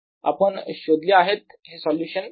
आपण शोधले आहेत हे सोल्युशन